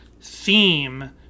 theme